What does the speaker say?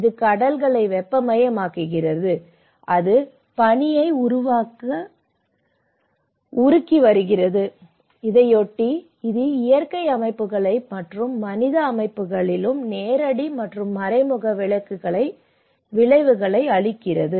இது கடல்களை வெப்பமயமாக்குகிறது அது பனியை உருக்கி வருகிறது இதையொட்டி இது இயற்கை அமைப்புகள் மற்றும் மனித அமைப்புகளிலும் நேரடி மற்றும் மறைமுக விளைவுகளை அளிக்கிறது